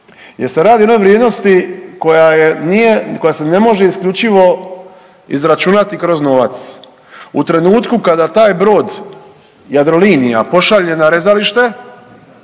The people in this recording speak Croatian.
jer se radi o jednoj vrijednosti koja nije, koja se ne može isključivo izračunati kroz novac. U trenutku kada taj brod Jadrolinija pošalje na rezalište,